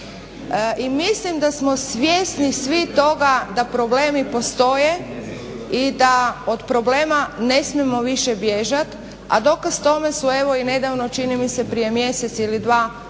i mislim da smo svjesni svi toga da problemi postoje i da od problema ne smijemo više bježat, a dokaz tome su evo i nedavno čini mi se prije mjesec ili dva